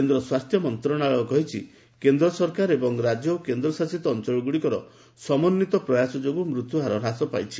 କେନ୍ଦ୍ର ସ୍ୱାସ୍ଥ୍ୟ ମନ୍ତ୍ରଶାଳୟ କହିଛି କେନ୍ଦ୍ର ସରକାର ଏବଂ ରାଜ୍ୟ ଓ କେନ୍ଦ୍ରଶାସିତ ଅଞ୍ଚଳଗୁଡ଼ିକର ସମନ୍ଦିତ ପ୍ରୟାସ ଯୋଗୁଁ ମୃତ୍ୟୁହାର ହ୍ରାସ ପାଇଛି